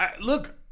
Look